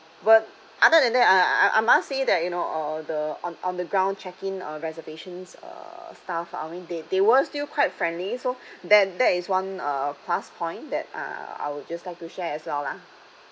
but other than that I I I must say that you know uh the on on the ground check-in uh reservations uh staff I mean they they were still quite friendly so that that is one uh plus point that uh I would just like to share as well lah